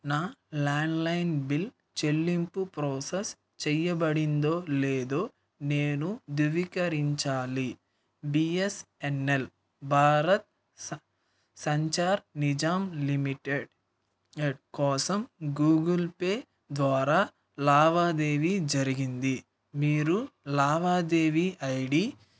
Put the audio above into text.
నా landline bill చెల్లింపు process చేయబడిందో లేదో నేను ధృవీకరించాలి బిఎస్ఎన్ఎల్ భారత్ సంచార్ నిగమ్ లిమిటెడ్ కోసం గూగుల్ పే ద్వారా లావాదేవీ జరిగింది మీరు లావాదేవీ ఐడి